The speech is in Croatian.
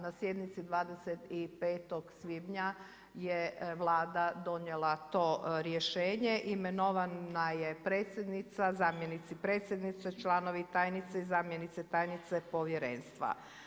Na sjednici 25. svibnja je Vlada donijela to rješenje, imenovana je predsjednica, zamjenici predsjednice, članovi, tajnice i zamjenice tajnice povjerenstva.